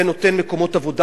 זה נותן מקומות עבודה,